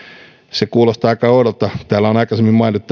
se kuulostaa aika oudolta täällä on aikaisemmin mainittu